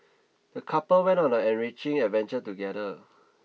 the couple went on an enriching adventure together